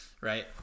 right